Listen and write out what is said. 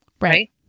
right